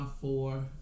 four